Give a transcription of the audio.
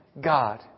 God